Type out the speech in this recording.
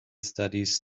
studies